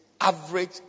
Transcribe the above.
average